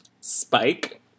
Spike